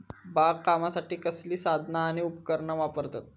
बागकामासाठी कसली साधना आणि उपकरणा वापरतत?